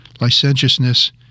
licentiousness